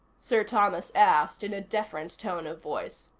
sir thomas asked in a deferent tone of voice.